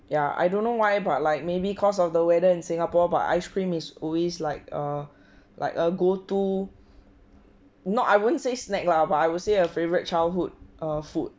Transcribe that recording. ya I don't know why but like maybe cause of the weather in singapore but ice cream is always like a like a go to not I wouldn't say snack lah but I would say uh favourite childhood err food